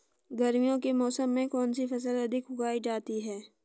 गर्मियों के मौसम में कौन सी फसल अधिक उगाई जाती है?